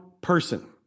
person